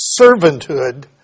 servanthood